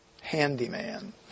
Handyman